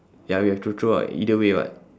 ya we have to throw out either way what